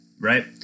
right